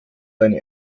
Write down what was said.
eine